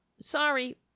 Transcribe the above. sorry